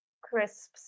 crisps